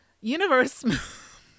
Universe